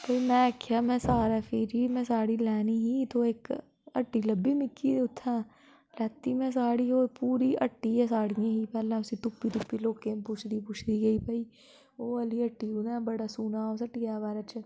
ते में आखेआ में सारै फिरी में साड़ी लैनी ही ते ओह् इक हट्टी लब्भी मिकी उत्थां लैती में साड़ी ओह् पूरी हट्टी गै साड़ियें ही पैह्ले उसी तुप्पी तुप्पी लोकें पुछदी पुछदी गेई भई ओह् आह्ली हट्टी कुत्थै ऐ बड़ा सुना उस हट्टियै बारै च